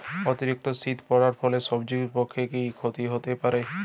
অতিরিক্ত শীত পরার ফলে সবজি চাষে কি ক্ষতি হতে পারে?